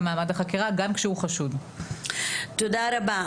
תודה רבה.